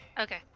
Okay